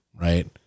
Right